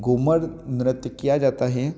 घूमर नृत्य किया जाता है